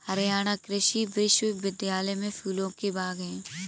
हरियाणा कृषि विश्वविद्यालय में फूलों के बाग हैं